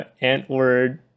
ant-word